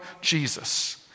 Jesus